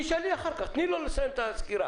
תשאלי אחר כך, תני לו לסיים את הסקירה